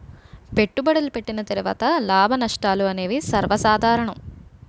పెట్టుబడులు పెట్టిన తర్వాత లాభనష్టాలు అనేవి సర్వసాధారణం